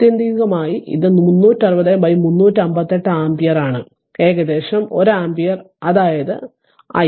ആത്യന്തികമായി ഇത് 360 358 ആമ്പിയർ ആണ് ഏകദേശം 1 ആമ്പിയർ അതായത് i